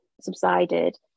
subsided